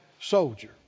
soldier